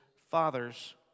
father's